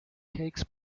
takes